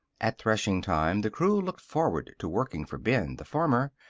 at threshing time the crew looked forward to working for ben, the farmer,